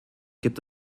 gibt